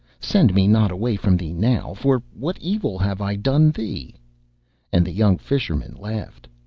send me not away from thee now, for what evil have i done thee and the young fisherman laughed.